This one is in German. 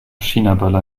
chinaböller